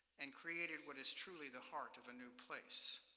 and created what is truly the heart of a new place.